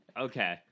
Okay